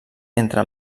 entre